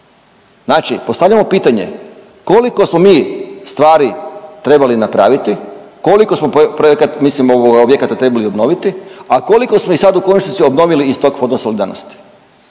Znači postavljamo pitanje koliko smo mi stvari trebali napraviti, koliko smo projekata mislim ovoga objekata trebali obnoviti, a koliko smo ih sad u konačnici obnovili iz tog Fonda solidarnosti.